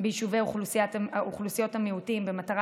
ביישובי אוכלוסיות המיעוטים במטרה